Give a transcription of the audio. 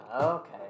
Okay